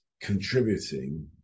contributing